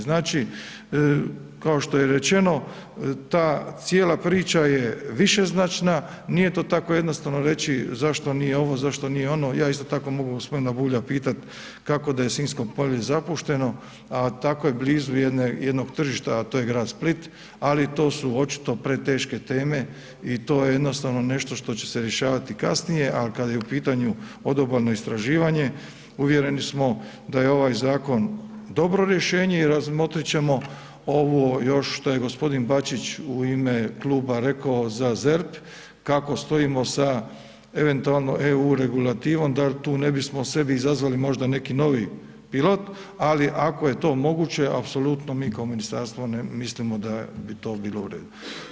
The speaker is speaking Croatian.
Znači kao što je rečeno, ta cijela priča je višeznačna, nije to tako jednostavno reći zašto nije ovo, zašto nije ono, ja isto tako mogu g. Bulja pitat kako da je Sinjsko polje zapušteno a tako je blizu jednog tržišta a to je grad Split ali to su očito preteške teme i to je jednostavno nešto što će se rješavati kasnije a kad je u pitanju odobalno istraživanje, uvjereni smo da je ovaj zakon dobro rješenje i razmotrit ćemo ovo još što je g. Bačić u ime kluba rekao za ZERP, kako stojimo sa eventualno EU regulativom da tu ne bismo sebi izazvali možda neki novi pilot ali ako je to moguće, apsolutno mi kao ministarstvo mislim da bi to bilo u redu.